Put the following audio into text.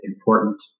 important